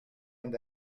and